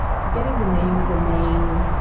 forgetting the name of the main.